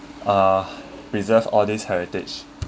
uh preserve all this heritage